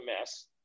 mess